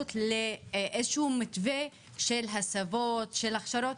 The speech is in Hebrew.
אפשרות לאיזה שהוא מתווה של הסבות, של הכשרות.